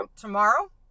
Tomorrow